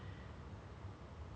ya and speaking of like